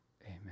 Amen